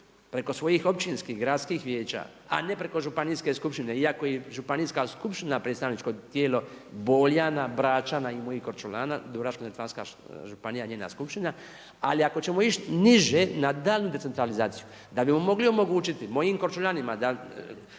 preko svojih općinskih gradskih vijeća, a ne preko županijske skupštine, iako je i županijska skupština predstavničko tijelo Boljana, Bračana i mojih Korčulana Dubrovačko-neretvanska županija i njena skupština. Ali ako ćemo ići niže na daljnju decentralizaciju da bimo mogli omogućiti mojim Korčulanima da